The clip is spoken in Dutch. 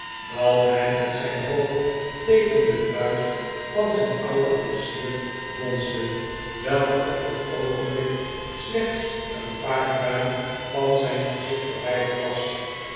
dat hij met zijn hoofd tegen de vuist van den ouden koetsier bonsde welke op dat oogenblik slechts een paar duim van zijn gezicht verwijderd was